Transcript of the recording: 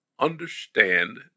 understand